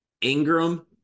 Ingram